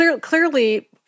clearly